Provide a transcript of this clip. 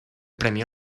premio